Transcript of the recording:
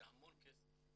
זה המון כסף,